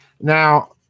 Now